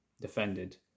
defended